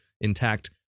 intact